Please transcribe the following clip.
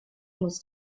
muss